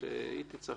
ואנחנו שמחים שזה יוסדר